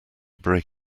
break